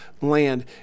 land